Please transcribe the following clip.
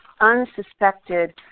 unsuspected